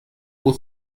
بود